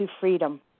freedom